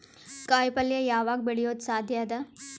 ಕಾಯಿಪಲ್ಯ ಯಾವಗ್ ಬೆಳಿಯೋದು ಸಾಧ್ಯ ಅದ?